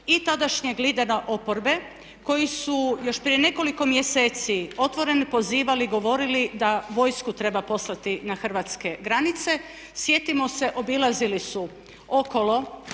i tadašnjeg lidera oporbe koji su još prije nekoliko mjeseci otvoreno pozivali, govorili da vojsku treba poslati na hrvatske granice. Sjetimo se obilazili su okolo